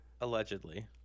Allegedly